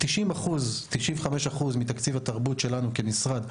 כלומר 95% מתקציב התרבות שלנו כמשרד,